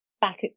back